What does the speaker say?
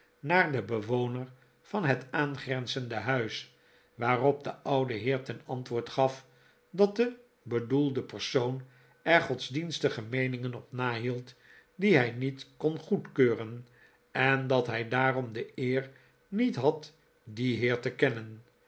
naar den bewoner van het aangrenzende huis waarop de oude heer ten antwoord gaf dat de bedoelde persoon er godsdienstige meeningen op nahield die hij niet kon goedkeuren en dat hij daarom de eer niet had dien heer te kennen